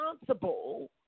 responsible